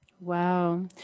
Wow